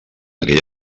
aquell